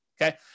okay